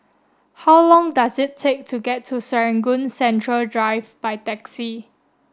how long does it take to get to Serangoon Central Drive by taxi